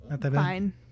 fine